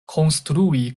konstrui